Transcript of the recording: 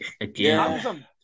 again